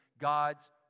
God's